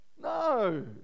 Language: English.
no